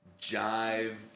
jive